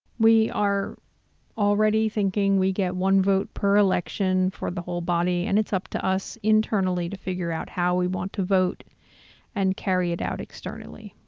we are already thinking we get one vote per election for the whole body and it's up to us internally to figure out how we want to vote and carry it out externally.